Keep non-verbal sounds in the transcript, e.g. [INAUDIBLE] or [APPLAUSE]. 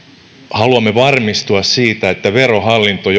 haluamme varmistua siitä kun verohallinto [UNINTELLIGIBLE]